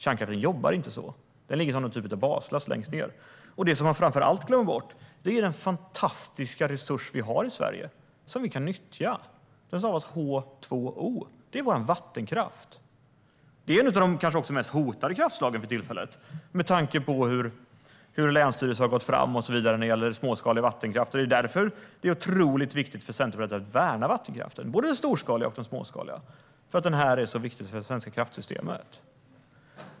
Kärnkraften jobbar inte så, utan den ligger som en typ av bas längst ned. Det som Martin Kinnunen framför allt glömmer är den fantastiska resurs som vi har i Sverige, H2O. Det är vår vattenkraft som kanske är ett av de mest hotade kraftslagen för tillfället med tanke på hur länsstyrelser har gått fram när det gäller småskalig vattenkraft. Det är därför som det är otroligt viktigt för Centerpartiet att värna vattenkraften, både den storskaliga och den småskaliga. Den är så viktig för det svenska kraftsystemet.